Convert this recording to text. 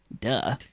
duh